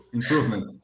improvement